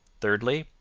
thirdly,